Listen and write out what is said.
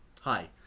hi